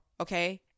okay